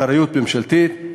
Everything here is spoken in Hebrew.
אחריות ממשלתית,